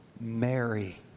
Mary